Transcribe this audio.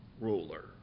ruler